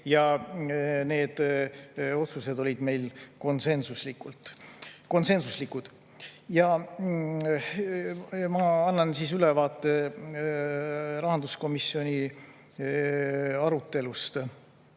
Need otsused olid meil konsensuslikud. Ja ma annan ülevaate rahanduskomisjoni arutelust.